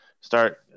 Start